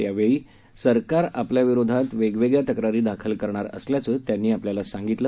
त्यावेळी सरकार आपल्याविरुद्ध वेगवेगळ्या तक्रारी दाखल करणार असल्याचं त्यांनी आपल्याला सांगितलं